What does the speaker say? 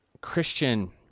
Christian